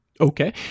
okay